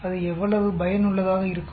அது எவ்வளவு பயனுள்ளதாக இருக்கும்